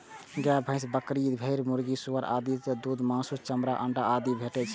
गाय, भैंस, बकरी, भेड़, मुर्गी, सुअर आदि सं दूध, मासु, चमड़ा, अंडा आदि भेटै छै